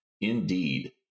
Indeed